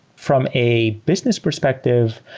from a business perspective,